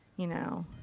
you know.